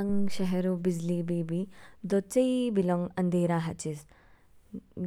आंग शहर ऊ बिजली बी बी दो चेई बीलोंग अंधेरा हाचिस।